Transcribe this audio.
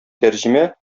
тәрҗемә